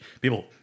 people